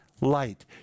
light